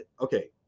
Okay